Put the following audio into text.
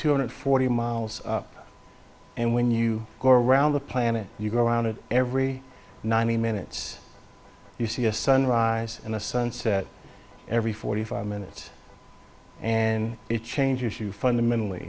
two hundred forty miles up and when you go around the planet and you go around it every ninety minutes you see a sunrise and a sunset every forty five minutes and it changes you fundamentally